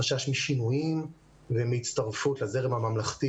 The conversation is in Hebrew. חשש משינויים ומהצטרפות לזרם הממלכתי,